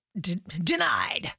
denied